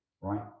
right